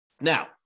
Now